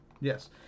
Yes